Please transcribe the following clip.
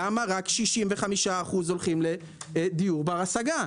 למה רק 65% הולכים לדיור בר השגה?